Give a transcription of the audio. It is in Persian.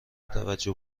توجه